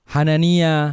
Hanania